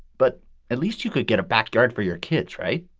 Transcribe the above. but at least you could get a backyard for your kids. right